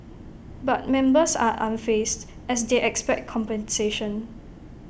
but members are unfazed as they expect compensation